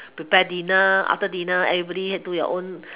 prepare dinner after dinner everybody can do their own